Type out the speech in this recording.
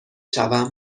شوم